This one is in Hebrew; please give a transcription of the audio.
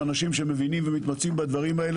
ואני מודה שישבתי עם אנשים שמבינים ומתמצאים בדברים האלה.